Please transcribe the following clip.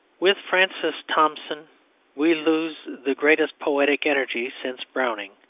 with francis thompson we lose the greatest poetic energy since browning.